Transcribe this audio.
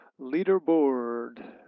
Leaderboard